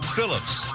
Phillips